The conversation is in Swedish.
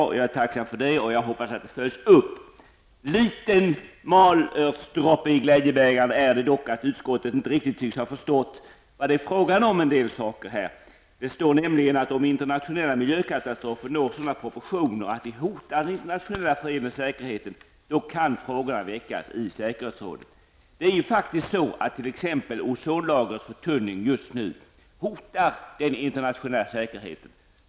Det är jag tacksam för och jag hoppas att frågan följs upp. En liten malörtsdroppe i glädjebägaren är det dock att utskottet inte riktigt tycks ha förstått vad en del saker handlar om. Det står nämligen att de internationella miljökatastroferna når sådana proportioner att de hotar den internationella freden och säkerheten. Frågorna kan i så fall väckas i säkerhetsrådet. Just nu hotar ozonlagrets förtunning den internationella säkerheten.